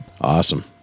Awesome